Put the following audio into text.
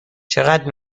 چقدر